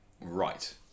Right